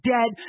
Dead